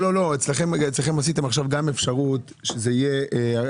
עשיתם עכשיו אפשרות גם אצלכם.